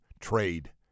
trade